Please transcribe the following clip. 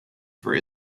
for